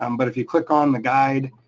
um but if you click on the guide,